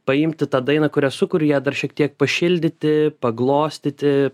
paimti tą dainą kurią sukuri ją dar šiek tiek pašildyti paglostyti